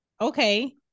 Okay